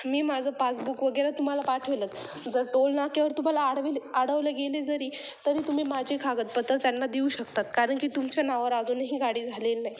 मी माझं पासबुक वगैरे तुम्हाला पाठवेलच जर टोल नाक्यावर तुम्हाला आडवेले आडवले गेले जरी तरी तुम्ही माझे कागदपत्र त्यांना देऊ शकतात कारण की तुमच्या नावावर अजूनही गाडी झालेली नाही